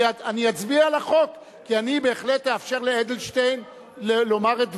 אני אצביע על החוק כי אני בהחלט אאפשר לאדלשטיין לומר את דבריו,